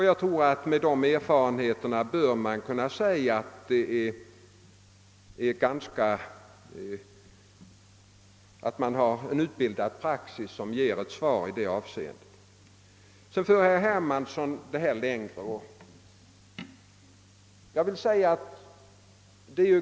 Jag tror att det med dessa erfarenheter bör kunna sägas att vi har en utbildad praxis, som ger ett svar i detta avseende. Sedan för herr Hermansson sitt resonemang längre.